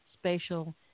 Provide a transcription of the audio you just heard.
spatial